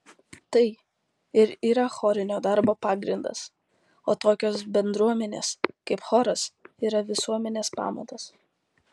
tai ir yra chorinio darbo pagrindas o tokios bendruomenės kaip choras yra visuomenės pamatas